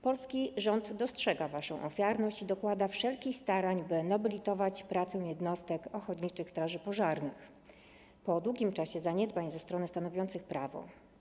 Polski rząd dostrzega waszą ofiarność i dokłada wszelkich starań, by nobilitować pracę jednostek ochotniczych straży pożarnych po długim czasie zaniedbań ze strony stanowiących prawo.